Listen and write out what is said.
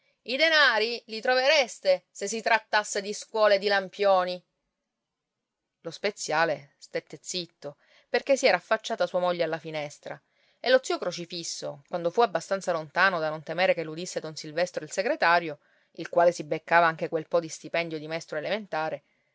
i denari li trovereste se si trattasse di scuole e di lampioni lo speziale stette zitto perché si era affacciata sua moglie alla finestra e lo zio crocifisso quando fu abbastanza lontano da non temere che l'udisse don silvestro il segretario il quale si beccava anche quel po di stipendio di maestro elementare